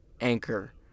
Anchor